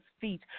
feet